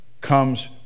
comes